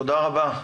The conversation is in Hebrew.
תודה רבה,